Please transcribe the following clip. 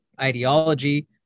ideology